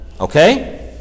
Okay